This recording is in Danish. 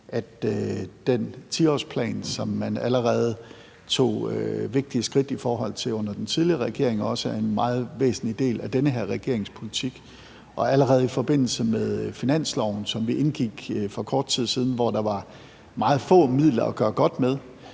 at den 10-årsplan, som man allerede tog vigtige skridt i forhold til under den tidligere regering, også er en meget væsentlig del af den her regerings politik. Allerede i forbindelse med finansloven, som vi indgik for kort tid siden, hvor der var meget få midler at gøre godt med,